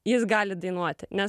jis gali dainuoti nes